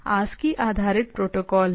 ASCII आधारित protocol है